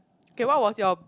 okay what was your